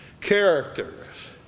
characters